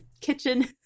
kitchen